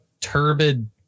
turbid